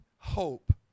Hope